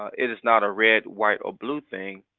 it is not a red, white or blue thing.